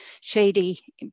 shady